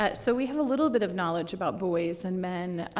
ah so we have a little bit of knowledge about boys and men.